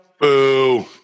Boo